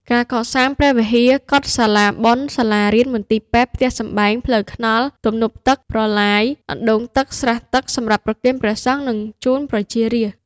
ការកសាង ព្រះវិហារ កុដិ សាលាបុណ្យ សាលារៀន មន្ទីរពេទ្យ ផ្ទះសម្បែង ផ្លូវថ្នល់ ទំនប់ទឹក ប្រឡាយ អណ្ដូងទឹក ស្រះទឹក សម្រាប់ប្រគេនព្រះសង្ឃ និងជូនប្រជារាស្ត្រ។